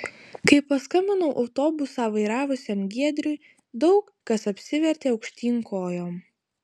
kai paskambinau autobusą vairavusiam giedriui daug kas apsivertė aukštyn kojom